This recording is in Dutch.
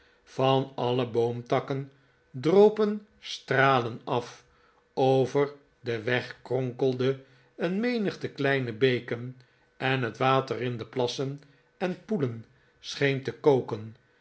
van alle boomtakken dropen stralen af over den weg kronkelden een menigte kleine beken en het water in de plassen en poelen scheen te koken